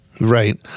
Right